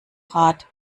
rad